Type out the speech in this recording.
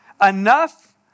enough